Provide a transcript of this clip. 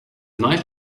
night